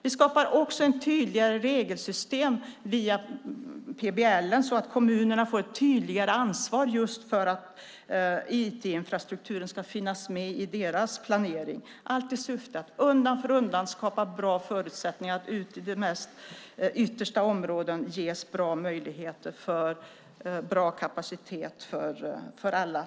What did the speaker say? Vi skapar också ett tydligare regelsystem via plan och bygglagen så att kommunerna får ett tydligare ansvar just för att IT-infrastrukturen ska finnas med i deras planering, allt i syfte att undan för undan skapa bra förutsättningar för att det ute i de yttersta områdena ska ges bra möjligheter till bra kapacitet för alla.